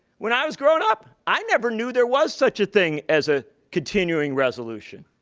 when i was growing up, i never knew there was such a thing as a continuing resolution.